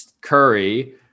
Curry